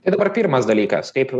tai dabar pirmas dalykas kaip